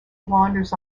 wanders